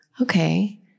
okay